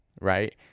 Right